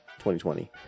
2020